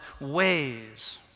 ways